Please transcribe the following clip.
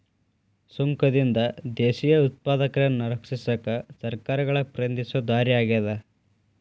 ಸುಂಕದಿಂದ ದೇಶೇಯ ಉತ್ಪಾದಕರನ್ನ ರಕ್ಷಿಸಕ ಸರ್ಕಾರಗಳ ಪ್ರಯತ್ನಿಸೊ ದಾರಿ ಆಗ್ಯಾದ